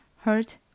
hurt